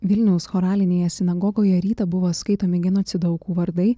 vilniaus choralinėje sinagogoje rytą buvo skaitomi genocido aukų vardai